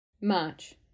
March